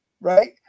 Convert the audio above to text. Right